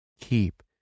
keep